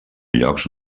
llocs